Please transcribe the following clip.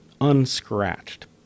unscratched